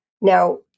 Now